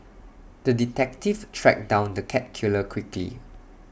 the detective tracked down the cat killer quickly